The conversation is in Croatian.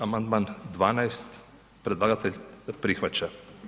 Amandman 12. predlagatelj prihvaća.